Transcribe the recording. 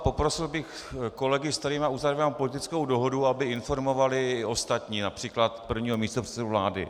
Poprosil bych kolegy, se kterými uzavírám politickou dohodu, aby informovali i ostatní, například prvního místopředsedu vlády.